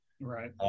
Right